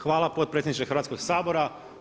Hvala potpredsjedniče Hrvatskoga sabora.